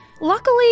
Luckily